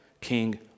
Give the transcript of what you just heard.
King